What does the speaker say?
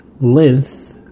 Length